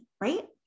right